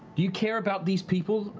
you care about these people?